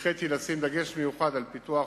הנחיתי לשים דגש מיוחד בפיתוח